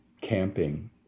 camping